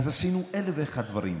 אז עשינו אלף ואחד דברים: